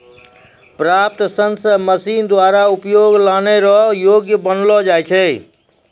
प्राप्त सन से मशीन द्वारा उपयोग लानै रो योग्य बनालो जाय छै